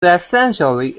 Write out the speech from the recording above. essentially